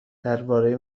درباره